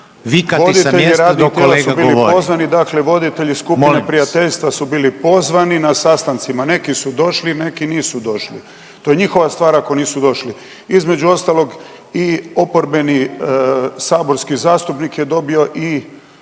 se ne razumije/… su bili pozvani, dakle voditelji skupine prijateljstva su bili pozvani na sastancima, neki su došli, neki nisu došli, to je njihova stvar ako nisu došli. Između ostalog i oporbeni saborski zastupnik je dobio i